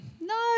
No